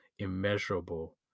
immeasurable